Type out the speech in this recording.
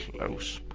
close.